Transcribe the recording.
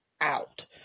out